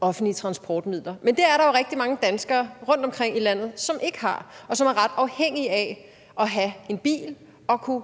offentlige transportmidler, men det er der jo rigtig mange danskere rundtomkring i landet som ikke har, og som er ret afhængige af at have en bil og kunne